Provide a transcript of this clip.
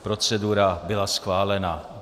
Procedura byla schválena.